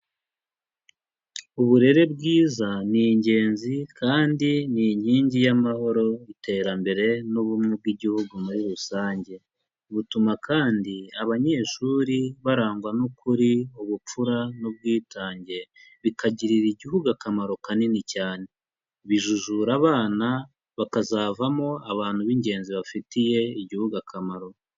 Uburere bwiza ni ingenzi kandi ni inkingi y'amahoro, iterambere n'ubumwe bw'igihugu muri rusange. Butuma kandi, abanyeshuri barangwa n'ukuri, ubupfura n'ubwitange. Bikagirira igihugu akamaro kanini cyane. Bijujura abana, bakazavamo abantu b'ingenzi bafitiye igihugu akamaro.